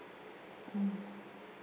mm